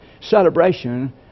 celebration